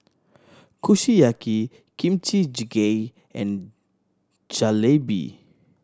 Kushiyaki Kimchi Jjigae and Jalebi